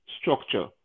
structure